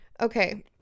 Okay